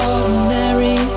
Ordinary